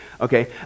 Okay